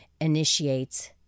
initiates